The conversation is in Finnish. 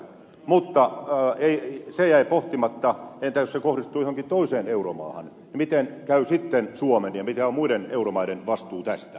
mutta se jäi pohtimatta että entä jos se kohdistuu johonkin toiseen euromaahan miten käy sitten suomen ja mikä on muiden euromaiden vastuu tästä